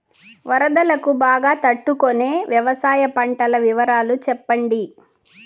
వరదలకు బాగా తట్టు కొనే వ్యవసాయ పంటల వివరాలు చెప్పండి?